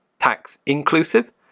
tax-inclusive